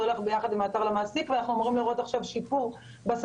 זה הולך ביחד עם האתר למעסיק ועכשיו אנחנו אמורים לראות שיפור בספסרות,